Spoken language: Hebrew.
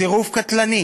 צירוף קטלני